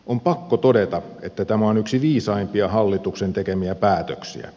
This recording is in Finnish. on pakko todeta että tämä on yksi viisaimpia hallituksen tekemiä päätöksiä